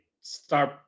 start